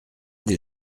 des